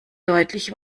deutlich